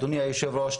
אדוני היושב ראש,